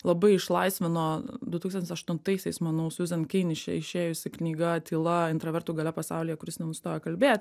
labai išlaisvino du tūkstantis aštuntaisiais manau siuzan kin išė išėjusi knyga tyla intravertų galia pasaulyje kuris nenustoja kalbėt